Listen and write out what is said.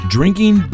Drinking